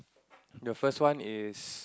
the first one is